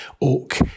oak